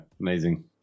amazing